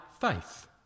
faith